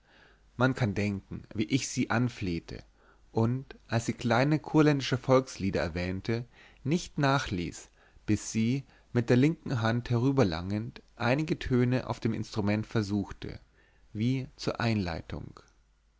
man kann denken wie ich sie anflehte und als sie kleine kurländische volkslieder erwähnte nicht nachließ bis sie mit der linken hand herüberlangend einige töne auf dem instrument versuchte wie zur einleitung